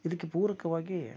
ಇದಕ್ಕೆ ಪೂರಕವಾಗಿ